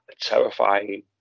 terrifying